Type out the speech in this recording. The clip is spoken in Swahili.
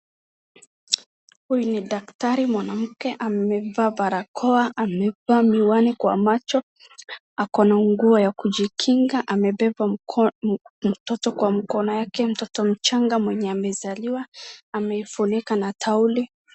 Huyu ni daktari mwanamke ,amevaa barakoa amevaa miwani ,kwa macho ako nguo ya kujikinga amebeba mtoto kwa mkono wake .Mtoto mchanga ambaye amezaliwa ameifunika na tauli.